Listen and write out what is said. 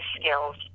skills